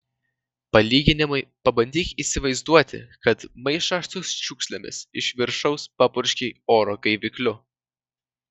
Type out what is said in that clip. palyginimui pabandyk įsivaizduoti kad maišą su šiukšlėmis iš viršaus papurškei oro gaivikliu